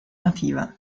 nativa